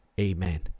Amen